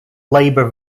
labour